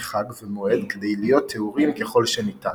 חג ומועד כדי להיות טהורים ככל שניתן.